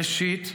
ראשית,